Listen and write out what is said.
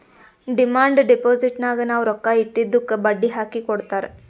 demand ಡಿಪೋಸಿಟ್ನಾಗ್ ನಾವ್ ರೊಕ್ಕಾ ಇಟ್ಟಿದ್ದುಕ್ ಬಡ್ಡಿ ಹಾಕಿ ಕೊಡ್ತಾರ್